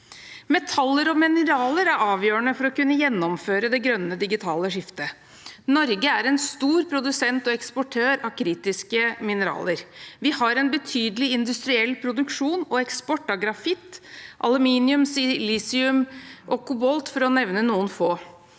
Metaller og mineraler er avgjørende for å kunne gjennomføre det grønne digitale skiftet. Norge er en stor produsent og eksportør av kritiske mineraler. Vi har en betydelig industriell produksjon og eksport av grafitt, aluminium, silisium og kobolt, for å nevne noen få.